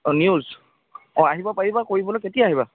অঁ নিউজ অঁ আহিব পাৰিবা কৰিবলৈ কেতিয়া আহিবা